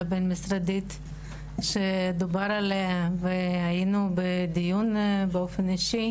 הבין-משרדית שדובר עליה והיינו בדיון באופן אישי.